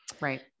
Right